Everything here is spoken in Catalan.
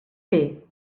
fer